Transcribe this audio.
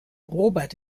robert